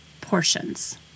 portions